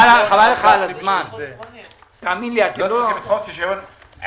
בשעה 11:33.